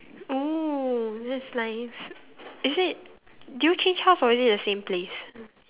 oh that's nice is it did you change house or is it the same place